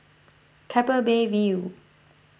Keppel Bay View